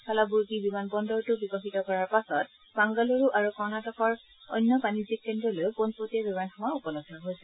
কালাবুৰ্গী বিমান বন্দৰটো বিকশিত কৰাৰ পাছত বাংগালুৰু আৰু কৰ্ণাটকৰ অন্য বাণিজ্যিক কেন্দ্ৰলৈও পোনপটীয়া বিমান সেৱা উপলব্ধ হৈছে